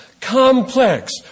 complex